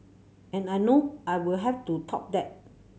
and I know I will have to top that